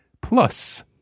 plus